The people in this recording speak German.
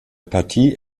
partie